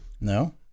No